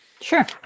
Sure